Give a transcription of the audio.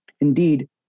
Indeed